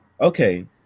Okay